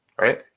Right